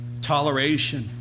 toleration